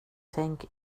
tänk